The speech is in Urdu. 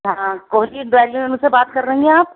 ہاں کولین ڈرائی کلینر سے بات کر رہی ہیں آپ